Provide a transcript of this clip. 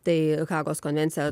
tai hagos konvencija